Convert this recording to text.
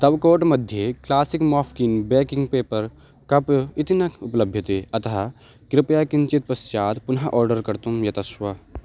तव कोर्ट् मध्ये classic muffin baking paper cup इति न उपलभ्यते अतः कृपया किञ्चित् पश्चात् पुनः आर्डर् कर्तुं यतस्व